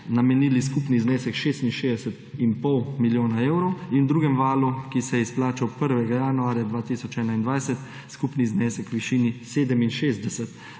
namenili skupni znesek 66,5 milijona evrov in v drugem valu, ki se je izplačal 1. januarja 2021, skupni znesek v višini 67